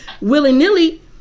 willy-nilly